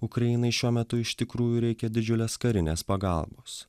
ukrainai šiuo metu iš tikrųjų reikia didžiulės karinės pagalbos